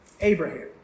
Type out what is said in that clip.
Abraham